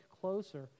closer